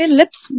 lips